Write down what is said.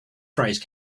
phrase